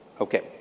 okay